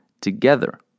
together